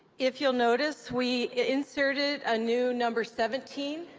if you'll notice, we inserted a new number seventeen,